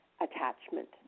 attachment